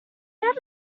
add